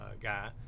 guy